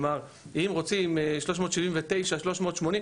כלומר, אם רוצים 379, 380,